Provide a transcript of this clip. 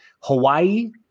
hawaii